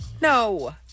No